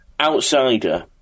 outsider